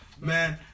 Man